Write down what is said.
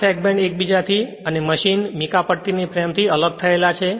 આ સેગમેન્ટ્સ એક બીજાથી અને મશીન મીકા પટ્ટીના ફ્રેમથી અલગ થયેલા છે